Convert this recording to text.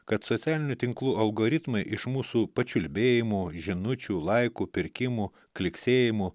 kad socialinių tinklų algoritmai iš mūsų pačiulbėjimų žinučių laikų pirkimų kliksėjimų